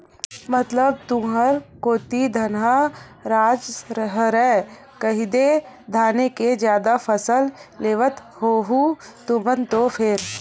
मतलब तुंहर कोती धनहा राज हरय कहिदे धाने के जादा फसल लेवत होहू तुमन तो फेर?